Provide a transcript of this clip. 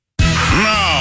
No